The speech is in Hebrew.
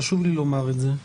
וחשוב לי לומר את זה,